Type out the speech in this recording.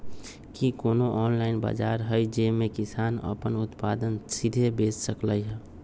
कि कोनो ऑनलाइन बाजार हइ जे में किसान अपन उत्पादन सीधे बेच सकलई ह?